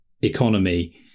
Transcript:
economy